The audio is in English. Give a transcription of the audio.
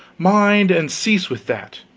mind, and cease with that.